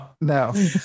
No